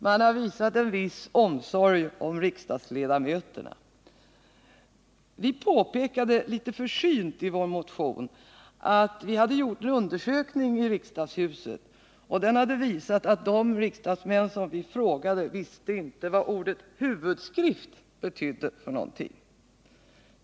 Man har visat en viss omsorg om riksdagsledamöterna. Vi påpekar litet försynt i vår motion att det vid en undersökning i riksdagshuset visat sig att de riksdagsmän som blivit tillfrågade inte visste vad ordet huvudskrift betydde.